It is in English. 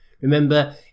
Remember